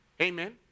Amen